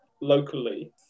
locally